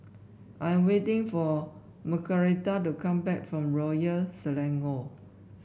I'm waiting for Margarita to come back from Royal Selangor